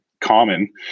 common